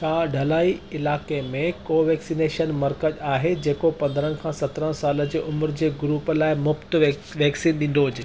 छा ढलाई इलाइक़े में को वैक्सीनेशन मर्कज़ु आहे जेको पंद्रहंनि खां सत्रहंनि सालनि जी उमिरि जे ग्रुप लाइ मुफ़्ति वैक्सीन ॾींदो हुजे